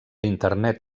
internet